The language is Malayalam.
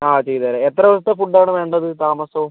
ആ ചെയ്തു തരാം എത്ര ദിവസത്ത ഫുഡ്ഡാണ് വേണ്ടത് താമസോം